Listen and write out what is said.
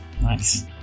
Nice